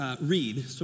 read